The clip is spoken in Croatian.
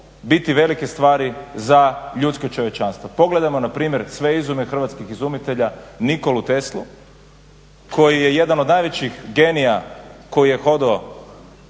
biti velike stvari za ljudsko čovječanstvo. Pogledajmo npr. sve izume hrvatskih izumitelja, Nikolu Teslu koji je jedan od najvećih genija koji je hodao